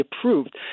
approved